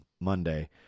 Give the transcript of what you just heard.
Monday